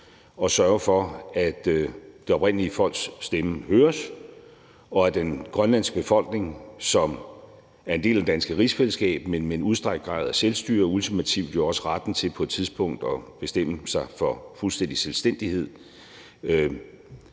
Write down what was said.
at sørge for, at det oprindelige folks stemme høres, og at den grønlandske befolkning, som er en del af det danske rigsfællesskab, men med en udstrakt grad af selvstyre og ultimativt jo også retten til på et tidspunkt at bestemme sig for fuldstændig selvstændighed,